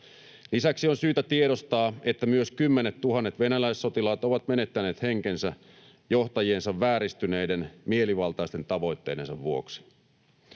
Lisäksi on syytä tiedostaa, että myös kymmenettuhannet venäläissotilaat ovat menettäneet henkensä johtajiensa vääristyneiden, mielivaltaisten tavoitteiden vuoksi.